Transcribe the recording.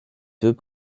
deux